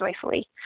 joyfully